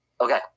Okay